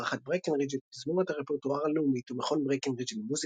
מארחת ברקנרידג' את תזמורת הרפטואר הלאומית ומכון ברקרידג' למוזיקה.